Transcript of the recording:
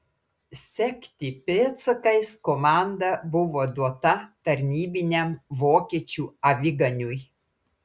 sekti pėdsakais komanda buvo duota tarnybiniam vokiečių aviganiui